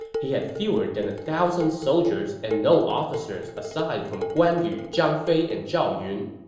he had fewer than a thousand soldiers and no officers aside from guan yu, zhang fei, and zhao yun.